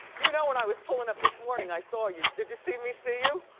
you know when i was pulling up this morning i saw you. did you see me see you?